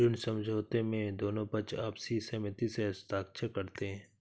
ऋण समझौते में दोनों पक्ष आपसी सहमति से हस्ताक्षर करते हैं